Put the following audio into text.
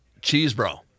Cheesebro